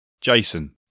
Jason